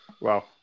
wow